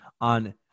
on